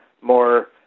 more